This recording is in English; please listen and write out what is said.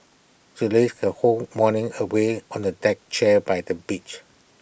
she lazed her whole morning away on A deck chair by the beach